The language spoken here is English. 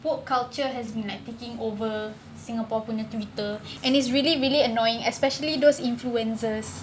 woke culture has been like taking over singapore punya twitter and it's really really annoying especially those influencers